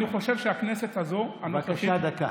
בבקשה, דקה.